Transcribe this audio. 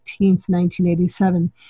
1987